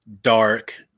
dark